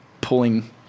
pulling